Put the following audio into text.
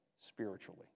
spiritually